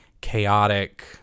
chaotic